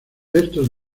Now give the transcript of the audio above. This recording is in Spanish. estos